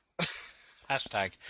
Hashtag